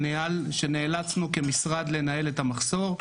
ונאלצנו כמשרד לנהל את המחסור.